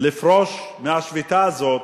לפרוש מהשביתה הזאת,